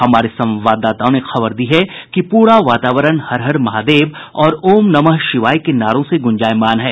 हमारे संवाददाताओं खबर दी है कि पूरा वातावरण हर हर महादेव और ओम नमः शिवाय के नारों से गुंजायमान है